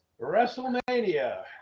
WrestleMania